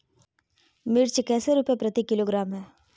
मिर्च कैसे रुपए प्रति किलोग्राम है?